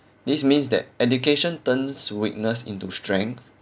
this means that education turns weakness into strength